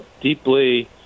deeply